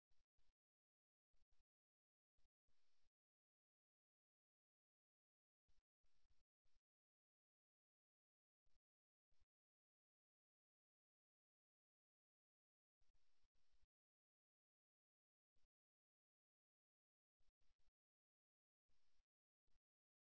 ஒரு தொலைபேசியில் பேசும் ஒரு நபரைப் பார்த்தால் கால்விரல்கள் மேல்நோக்கி சுட்டிக்காட்டப்பட்டால் அது ஒரு நல்ல செய்தி அல்லது ஒரு சுவாரஸ்யமான உரையாடல் என்பதை நாம் கிட்டத்தட்ட உறுதியாக நம்பலாம்